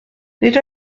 nid